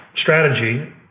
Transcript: strategy